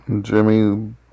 Jimmy